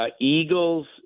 Eagles